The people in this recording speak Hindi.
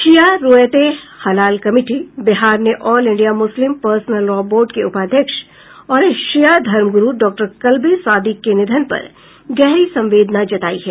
शिया रोयत ए हलाल कमिटी बिहार ने all India Muslim personal law board के उपाध्यक्ष और शिया धर्म गुरू डॉक्टर कल्बे सादिख के निधन पर गहरी संवेदना जतायी है